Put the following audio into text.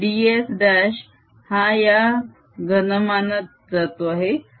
म्हणजे ds' हा या घनमानात जातो आहे